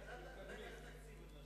רק על התקציב עוד לא שמעתי.